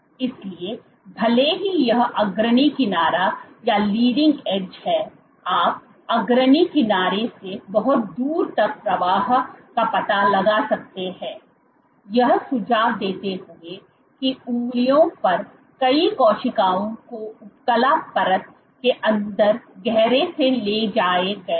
इसलिए भले ही यह अग्रणी किनारा है आप अग्रणी किनारे से बहुत दूर तक प्रवाह का पता लगा सकते हैं यह सुझाव देते हुए कि उंगलियों पर कई कोशिकाओं को उपकला परत के अंदर गहरे से ले जाया गया था